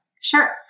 Sure